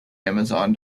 amazon